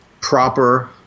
proper